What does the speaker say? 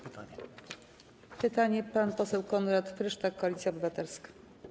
Pytanie zada pan poseł Konrad Frysztak, Koalicja Obywatelska.